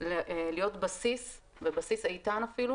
להיות בסיס ובסיס איתן אפילו,